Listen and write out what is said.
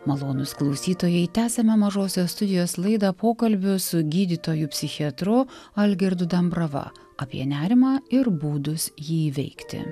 malonūs klausytojai tęsiame mažosios studijos laidą pokalbiu su gydytoju psichiatru algirdu dambrava apie nerimą ir būdus jį įveikti